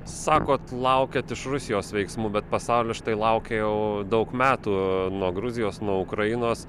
sakot laukiat iš rusijos veiksmų bet pasaulis štai laukia jau daug metų nuo gruzijos nuo ukrainos